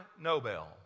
nobel